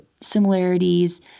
similarities